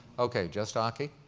okay, just aki.